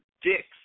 dicks